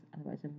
otherwise